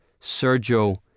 Sergio